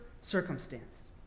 circumstance